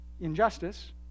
injustice